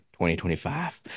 2025